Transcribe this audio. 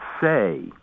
say